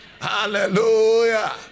hallelujah